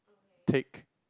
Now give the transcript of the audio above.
take